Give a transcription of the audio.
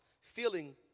feeling